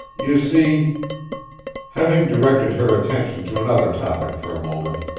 you see having directed her attention to another topic for a moment,